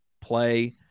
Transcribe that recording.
Play